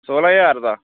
सोलां ज्हार दा